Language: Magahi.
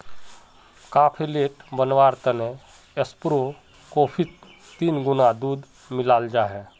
काफेलेट बनवार तने ऐस्प्रो कोफ्फीत तीन गुणा दूध मिलाल जाहा